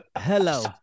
Hello